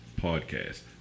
Podcast